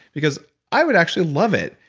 because i would actually love it.